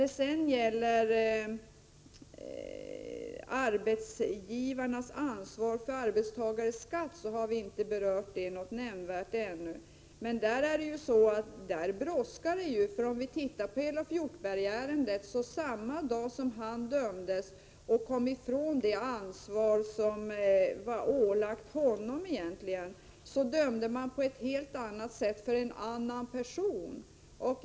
En arbetsgivares ansvar för en arbetstagares skatt har vi inte berört nämnvärt ännu. Men i den frågan brådskar det. Samma dag som Elof Hjortberg dömdes och kom ifrån det ansvar som egentligen var ålagt honom, dömde man på ett helt annat sätt för en annan person.